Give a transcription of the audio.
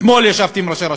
אתמול ישבתי עם ראשי הרשויות,